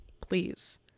please